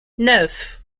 neuf